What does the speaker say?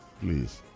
please